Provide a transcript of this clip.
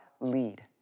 lead